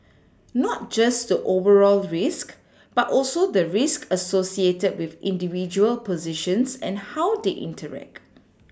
not just the overall risk but also the risk associated with individual positions and how they interact